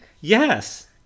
Yes